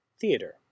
Theatre